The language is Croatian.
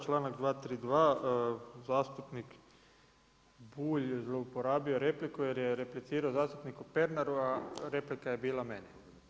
Članak 232. zastupnik Bulj je zlouporabio repliku, jer je replicirao zastupniku Pernaru, a replika je bila meni.